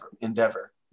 endeavor